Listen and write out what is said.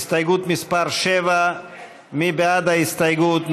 הסתייגות מס' 7. מי בעד ההסתייגות?